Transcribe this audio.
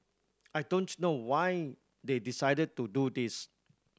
I don't know why they decided to do this